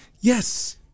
yes